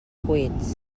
cuits